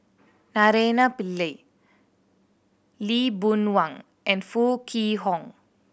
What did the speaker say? Naraina Pillai Lee Boon Wang and Foo Kwee Horng